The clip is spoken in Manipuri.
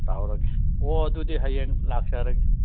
ꯇꯧꯔꯒꯦ ꯑꯣ ꯑꯗꯨꯗꯤ ꯍꯌꯦꯡ ꯂꯥꯛꯆꯔꯒꯦ